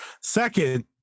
Second